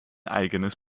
eigenes